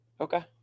Okay